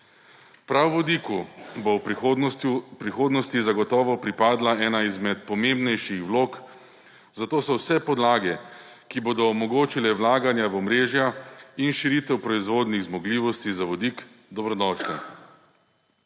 Prav vodiku bo v prihodnosti zagotovo pripadla ena izmed pomembnejših vlog, zato so vse podlage, ki bodo omogočile vlaganje v omrežja in širitev proizvodnih zmogljivosti za vodik, dobrodošle.